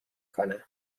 کنم